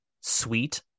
sweet